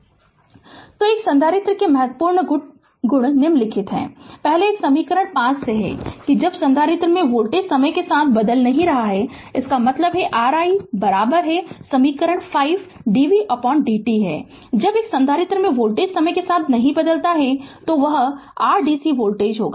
Refer Slide Time 1757 तो एक संधारित्र के महत्वपूर्ण गुण निम्नलिखित हैं पहले एक समीकरण 5 से है कि जब संधारित्र में वोल्टेज समय के साथ नहीं बदल रहा है इसका मतलब है कि ri बराबर समीकरण 5 dvdt है जब एक संधारित्र में वोल्टेज समय के साथ नहीं बदल रहा है वह r dc वोल्टेज है